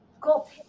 Cool